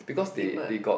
they work